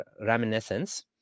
reminiscence